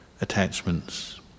attachments